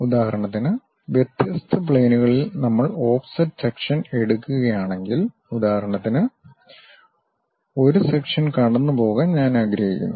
ഉദാഹരണത്തിന് വ്യത്യസ്ത പ്ലെയിനുകളിൽ നമ്മൾ ഓഫ്സെറ്റ് സെക്ഷൻ എടുക്കുകയാണെങ്കിൽ ഉദാഹരണത്തിന് ഒരു സെക്ഷൻ കടന്നുപോകാൻ ഞാൻ ആഗ്രഹിക്കുന്നു